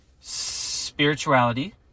spirituality